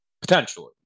Potentially